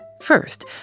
first